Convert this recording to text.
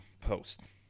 post